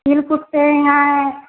फ़िर कूटते है